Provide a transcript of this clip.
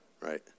Right